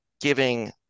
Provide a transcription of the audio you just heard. giving